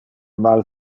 mal